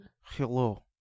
Hello